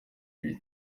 ibi